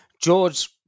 George